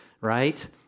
right